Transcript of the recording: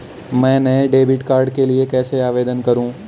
मैं नए debit card के लिए कैसे आवेदन करूं?